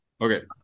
Okay